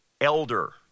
elder